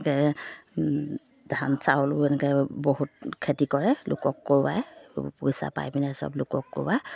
ধান চাউলো এনেকৈ বহুত খেতি কৰে লোকক কৰোৱাই পইচা পাই পিনে চব লোক কৰোৱাই